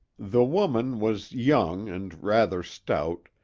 the woman was young and rather stout,